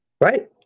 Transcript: right